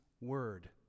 Word